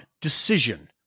decision